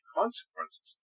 consequences